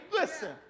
listen